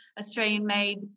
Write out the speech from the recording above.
Australian-made